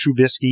trubisky